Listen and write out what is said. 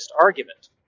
argument